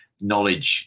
knowledge